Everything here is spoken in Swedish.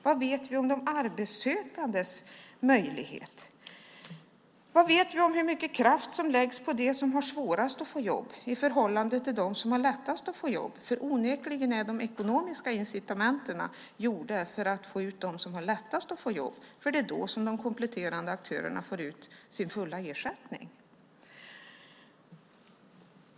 Vad vet vi om de arbetssökandes möjlighet? Vad vet vi om hur mycket kraft som läggs på dem som har svårast att få jobb i förhållande till dem som har lättast att få jobb? Onekligen är de ekonomiska incitamenten gjorda för att få ut dem som har lättast att få jobb; det är då de kompletterande aktörerna får ut sin fulla ersättning.